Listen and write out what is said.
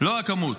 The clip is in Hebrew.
לא הכמות.